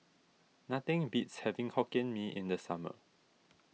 nothing beats having Hokkien Mee in the summer